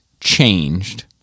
changed